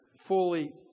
fully